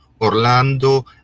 Orlando